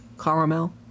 Caramel